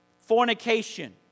fornication